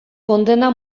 kondena